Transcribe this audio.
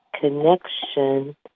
connection